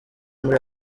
muri